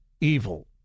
evil